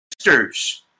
sisters